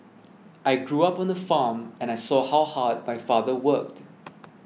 I grew up on a farm and I saw how hard my father worked